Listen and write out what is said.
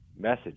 message